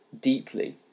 deeply